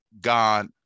god